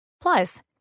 Plus